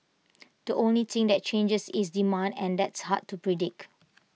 the only thing that changes is demand and that's hard to predict